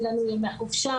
אין לנו ימי חופשה,